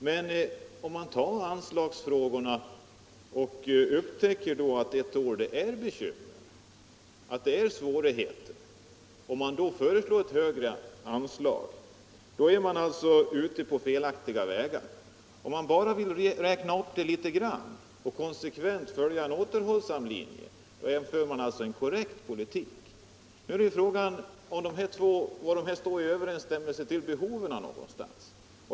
De som då en anslagsfråga ett år behandlas upptäcker att det finns stora svårigheter och därför föreslår ett högre anslag är alltså ute på felaktiga vägar. De som vill räkna uppanslaget bara litet grand och konsekvent följer en återhålisam linje för däremot en korrekt politik. Nu är frågan hur dessa båda förslag överensstämmer med behoven.